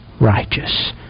righteous